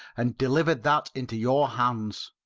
and deliver that into your hands.